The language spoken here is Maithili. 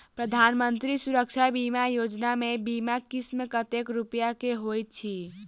प्रधानमंत्री सुरक्षा बीमा योजना मे बीमा किस्त कतेक रूपया केँ होइत अछि?